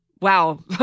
wow